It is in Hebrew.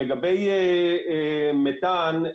לגבי מתאן.